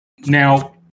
Now